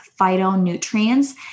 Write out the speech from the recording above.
Phytonutrients